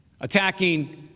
attacking